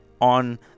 on